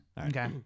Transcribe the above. Okay